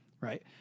right